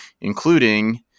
including